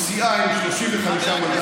כי סיעה עם 35 מנדטים,